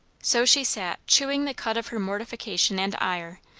so she sat chewing the cud of her mortification and ire,